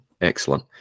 excellent